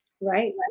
right